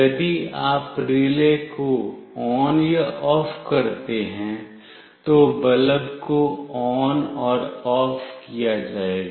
यदि आप रिले को ON या OFF करते हैं तो बल्ब को ON और OFF किया जाएगा